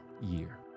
year